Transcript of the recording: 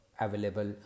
available